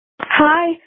Hi